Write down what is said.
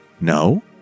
No